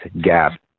gap